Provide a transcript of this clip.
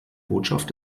botschaft